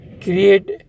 create